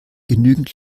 genügend